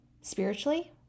spiritually